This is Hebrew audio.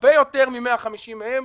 הרבה יותר מ-150 מהם,